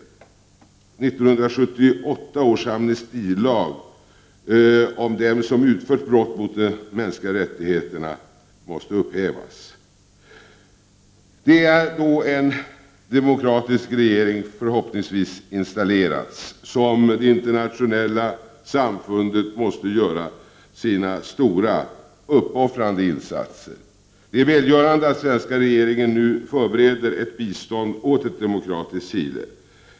1978 års amnestilag om dem som utfört brott mod de mänskliga rättigheterna måste upphävas. Det är då en demokratisk regering förhoppningsvis har installerats som det internationella samfundet måste göra sina stora uppoffrande insatser. Det är välgörande att svenska regeringen nu förbereder ett bistånd åt ett demokratiskt Chile.